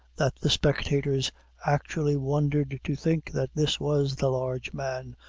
that the spectators actually wondered to think that this was the large man,